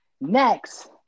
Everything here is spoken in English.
next